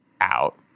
out